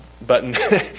button